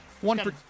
One